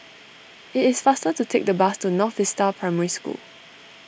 it is faster to take the bus to North Vista Primary School